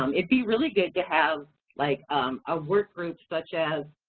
um it'd be really good to have like um ah work group such as,